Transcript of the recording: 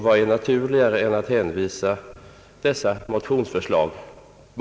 Vad är då naturligare än att hänvisa dessa motionsförslag till detta organ?